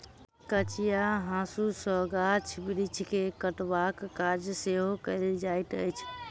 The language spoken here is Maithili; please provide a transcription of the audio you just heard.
कचिया हाँसू सॅ गाछ बिरिछ के छँटबाक काज सेहो कयल जाइत अछि